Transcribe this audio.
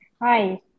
Hi